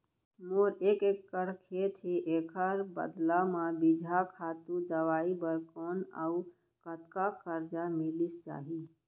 मोर एक एक्कड़ खेत हे, एखर बदला म बीजहा, खातू, दवई बर कोन अऊ कतका करजा मिलिस जाही?